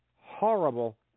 horrible